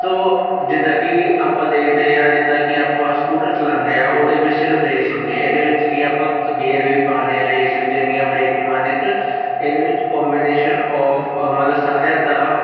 ਸੋ ਜਿੱਦਾਂ ਕਿ ਆਪਾਂ ਦੇਖਦੇ ਹਾਂ ਜਿੱਦਾਂ ਕਿ ਆਪਾਂ ਸਕੂਟਰ ਚਲਾਉਂਦੇ ਹਾਂ ਉਹਦੇ ਵਿੱਚ ਸਿਰਫ ਰੇਸ ਹੁੰਦੀ ਇਹਦੇ ਵਿੱਚ ਕਿ ਆਪਾਂ ਗੇਰ ਵੀ ਪਾਨੇ ਹਾਂ ਰੇਸ ਵੀ ਦੇਣੀ ਆ ਬਰੇਕ ਵੀ ਮਾਰਨੀ ਅਤੇ ਇਹਦੇ ਵਿੱਚ ਕੋਬੀਨੇਸ਼ਨ ਆਫ ਮਤਲਬ ਸਾਰਿਆਂ ਦਾ